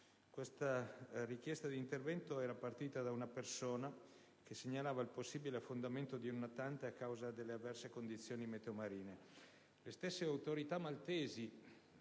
La richiesta di intervento era partita da una persona che segnalava il possibile affondamento di un natante a causa delle avverse condizioni meteo marine. Le stesse autorità maltesi,